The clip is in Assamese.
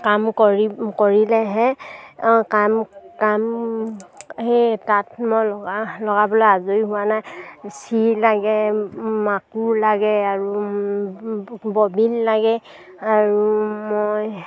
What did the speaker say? কাম কৰি কৰিলেহে কাম কাম সে তাঁত মই লগা লগাবলৈ আজৰি হোৱা নাই চিৰি লাগে মাকু লাগে আৰু ববিল লাগে আৰু মই